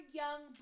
young